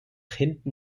hinten